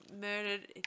murdered